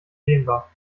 dehnbar